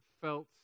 felt